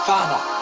Father